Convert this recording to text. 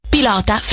Pilota